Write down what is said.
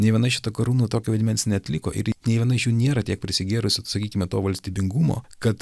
nei viena iš šitų karūnų tokio vaidmens neatliko ir nei viena iš jų nėra tiek prisigėrusi sakykime to valstybingumo kad